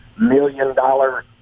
million-dollar